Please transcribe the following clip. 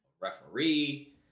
referee